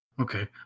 Okay